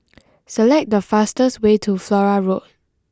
select the fastest way to Flora Road